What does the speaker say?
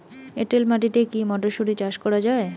এটেল মাটিতে কী মটরশুটি চাষ করা য়ায়?